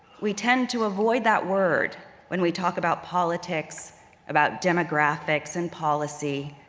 we tend to avoid that word when we talk about politics, about demographics and policy,